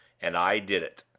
and i did it.